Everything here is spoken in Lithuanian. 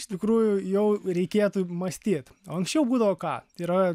iš tikrųjų jau reikėtų mąstyt o anksčiau būdavo ką yra